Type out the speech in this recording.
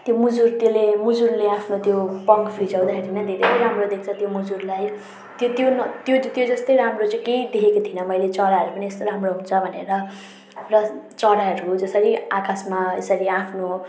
त्यो मुजुर त्यसले मुजुरले आफ्नो त्यो प्वाँख फिजाउँदाखेरि नै धेरै राम्रो देख्छ त्यो मुजुरलाई त्यो त्यो न त्यो त्यो जस्तै राम्रो चाहिँ केही देखेको थिइनँ मैले चराहरू पनि यस्तो राम्रो हुन्छ भनेर र चराहरू जसरी आकाशमा यसरी आफ्नो